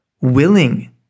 willing